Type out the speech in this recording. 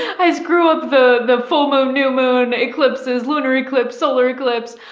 i screw up the the full moon, new moon, eclipses lunar, eclipse, solar eclipse.